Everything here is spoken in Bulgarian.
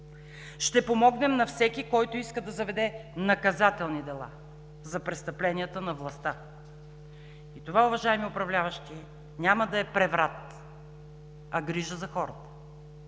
Ще помогнем на всеки, който иска да заведе наказателни дела за престъпленията на властта. И това, уважаеми управляващи, няма да е преврат, а грижа за хората,